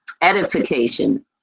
edification